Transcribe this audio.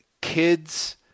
kids